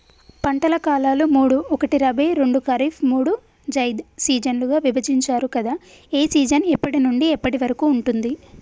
పంటల కాలాలు మూడు ఒకటి రబీ రెండు ఖరీఫ్ మూడు జైద్ సీజన్లుగా విభజించారు కదా ఏ సీజన్ ఎప్పటి నుండి ఎప్పటి వరకు ఉంటుంది?